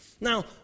Now